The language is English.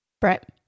Brett